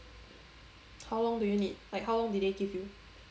how long do you need like how long did they give you